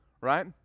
right